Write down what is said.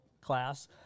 class